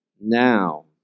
now